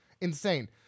Insane